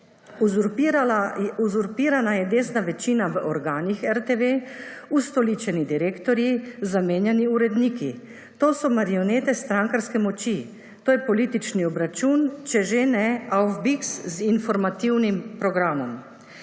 Uzurpirana je desna večina v organih RTV, ustoličeni direktorji, zamenjani uredniki. To so marionete strankarske moči. To je politični obračun, če že ne avbiks z informativnim programom.